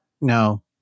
No